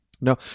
No